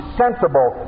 sensible